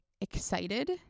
excited